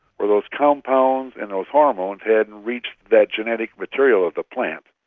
where those compounds and those hormones hadn't reached that genetic material of the plant.